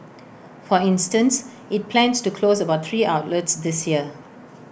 for instance IT plans to close about three outlets this year